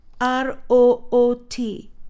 r-o-o-t